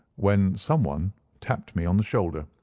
when some one tapped me on the shoulder,